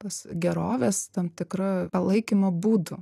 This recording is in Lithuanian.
tos gerovės tam tikru palaikymo būdu